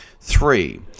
Three